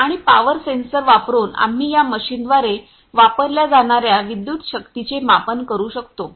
आणि power sensor वापरुन आम्ही या मशीनद्वारे वापरल्या जाणार्या विद्युत शक्तीचे मापन करू शकतो